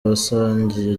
basangiye